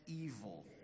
evil